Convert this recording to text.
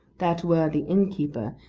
that worthy innkeeper,